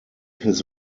his